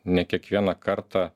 ne kiekvieną kartą